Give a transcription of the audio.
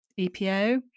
EPO